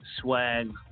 Swag